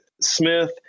Smith